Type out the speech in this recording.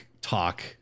talk